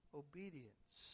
obedience